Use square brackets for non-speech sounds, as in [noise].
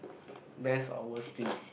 [breath] mass hours thing ah